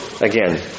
again